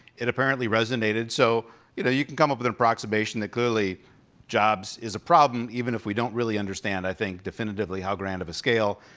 it apparently resonated. so you know you can come up with an approximation that clearly jobs is a problem even if we don't really understand, i think, definitely how grand of a scale.